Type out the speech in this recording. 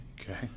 okay